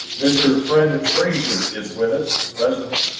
mr. fred and frayser is with us, president,